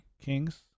kings